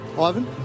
Ivan